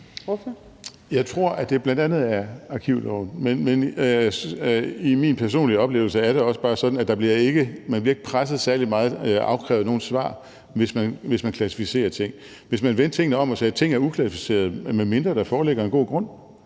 Jeg tror, at det bl.a. er arkivloven. Men min personlige oplevelse er også bare, at man ikke bliver presset særlig meget eller afkrævet nogle svar, hvis man klassificerer ting. Hvis man vendte tingene om og sagde, at ting er uklassificerede, medmindre der foreligger en god grund,